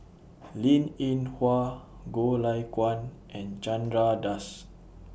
Linn in Hua Goh Lay Kuan and Chandra Das